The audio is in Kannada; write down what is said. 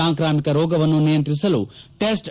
ಸಾಂಕ್ರಾಮಿಕ ರೋಗವನ್ನು ನಿಯಂತ್ರಿಸಲು ಟೆಸ್ಟ್